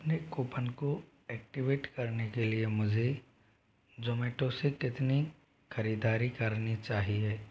अपने कूपन को ऐक्टिवेट करने के लिए मुझे जोमैटो से कितनी ख़रीदारी करनी चाहिए